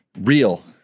real